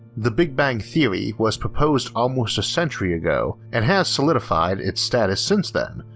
the big bang theory was proposed almost a century ago and has solidified its status since then,